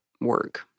work